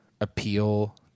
appeal